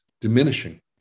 diminishing